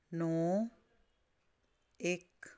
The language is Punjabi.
ਨੌਂ ਇੱਕ